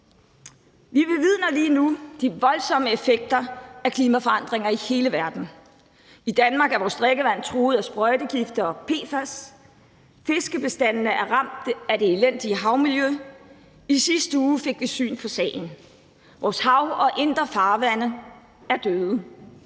Vi bevidner lige nu de voldsomme effekter af klimaforandringer i hele verden. I Danmark er vores drikkevand truet af sprøjtegifte og PFAS. Fiskebestandene er ramt af det elendige havmiljø. I sidste uge fik vi syn for sagen. Vores hav og indre farvande er døde.